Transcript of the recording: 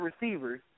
receivers